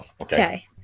Okay